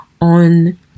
on